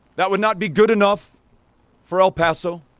that would not be good enough for el paso.